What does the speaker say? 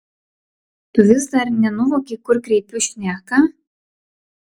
tu vis dar nenuvoki kur kreipiu šneką